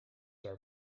are